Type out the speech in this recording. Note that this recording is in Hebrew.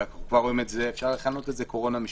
ואנחנו כבר רואים את זה אל מה שאפשר לכנות קורונה משפטית.